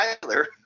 Tyler